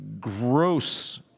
gross